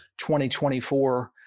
2024